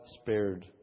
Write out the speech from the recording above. spared